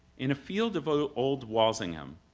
in a field of old walsingham,